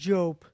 Job